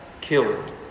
killed